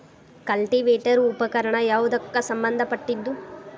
Cultivator ಉಪಕರಣ ಯಾವದಕ್ಕ ಸಂಬಂಧ ಪಟ್ಟಿದ್ದು?